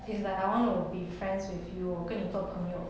is like I wanna be friends with you 我跟你做朋友